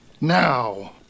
now